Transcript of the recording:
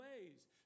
ways